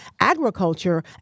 agriculture